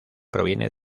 proviene